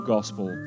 Gospel